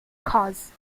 cause